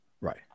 Right